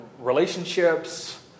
relationships